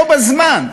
בו בזמן,